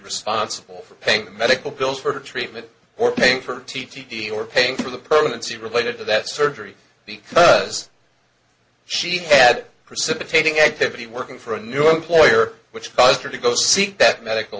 responsible for paying medical bills for treatment or paying for t t d or paying for the permanency related to that surgery because she had precipitating activity working for a new employer which caused her to go seek that medical